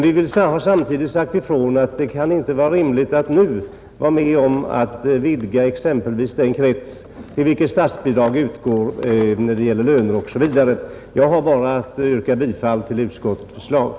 Vi har samtidigt sagt ifrån att det inte kan vara rimligt att nu vidga exempelvis den krets till vilken statsbidrag utgår för löner osv. Jag har bara att yrka bifall till utskottets förslag.